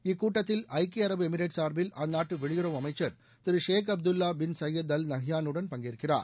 இக்கூட்டத்தில் ஐக்கிய அரபு எமிரேட் சார்பில் அந்நாட்டு வெளியுறவு அமைச்சர் திரு Sheikh Abdullah bin Zayed Al நஹ்யானுடன் பங்கேற்கிறார்